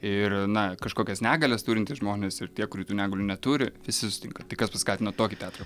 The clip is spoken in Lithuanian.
ir na kažkokias negalias turintys žmonės ir tie kurių tų negulių neturi visi sutinka tik kas paskatino tokį teatrą